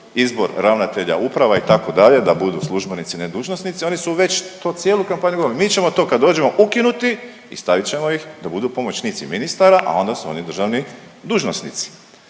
izbor ravnatelja uprava itd. da budu službenici ne dužnosnici, oni su već to cijelu kampanju … mi ćemo to kad dođemo ukinuti i stavit ćemo ih da budu pomoćnici ministara, a onda su oni državni dužnosnici.